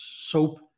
soap